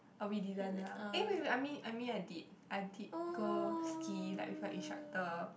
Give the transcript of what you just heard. uh we didn't ah eh wait wait I mean I mean I did I did go ski like with an instructor